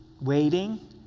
waiting